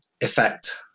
effect